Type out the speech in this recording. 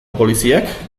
poliziak